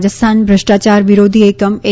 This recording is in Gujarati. રાજસ્થાન ભ્રષ્ટાચાર વિરોધી એકમ એ